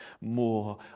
more